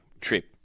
trip